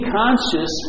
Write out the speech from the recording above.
conscious